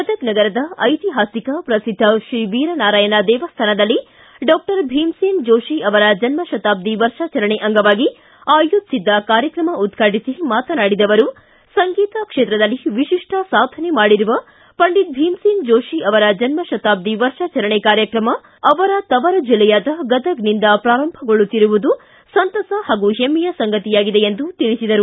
ಗದಗ ನಗರದ ಐತಿಹಾಸಿಕ ಪ್ರಸಿದ್ದ ಶ್ರೀ ವೀರ ನಾರಾಯಣ ದೇವಸ್ಥಾನದಲ್ಲಿ ಡಾಕ್ಟರ್ ಭೀಮಸೇನ್ ಜೋಶಿ ಅವರ ಜನ್ಮಶತಾಬ್ದಿ ವರ್ಷಾಚರಣೆ ಅಂಗವಾಗಿ ಆಯೋಜಿಸಿದ್ದ ಕಾರ್ಯಕ್ರಮ ಉದ್ಘಾಟಿಸಿ ಮಾತನಾಡಿದ ಅವರು ಸಂಗೀತ ಕ್ಷೇತ್ರದಲ್ಲಿ ವಿಶಿಷ್ಟ ಸಾಧನೆ ಮಾಡಿರುವ ಪಂಡಿತ ಭೀಮಸೇನ್ ಜೋಶಿ ಅವರ ಜನ್ಣತಾಬ್ದಿ ವರ್ಷಾಚರಣೆ ಕಾರ್ಯಕ್ರಮ ಅವರ ತವರು ಜಿಲ್ಲೆಯಾದ ಗದಗದಿಂದ ಪ್ರಾರಂಭಗೊಳ್ಳುತ್ತಿರುವುದು ಸಂತಸ ಹಾಗೂ ಹೆಮ್ಮೆಯ ಸಂಗತಿಯಾಗಿದೆ ಎಂದು ತಿಳಿಸಿದರು